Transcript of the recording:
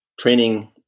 training